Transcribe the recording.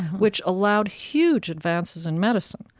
which allowed huge advances in medicine.